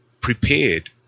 prepared